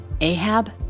Ahab